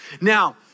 Now